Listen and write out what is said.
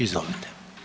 Izvolite.